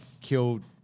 killed